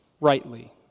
rightly